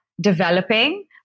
developing